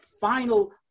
final